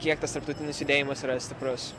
kiek tas tarptautinis judėjimas yra stiprus